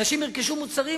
אנשים ירכשו מוצרים,